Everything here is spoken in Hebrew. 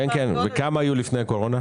כמה היו לפני הקורונה?